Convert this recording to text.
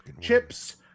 chips